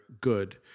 good